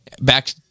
back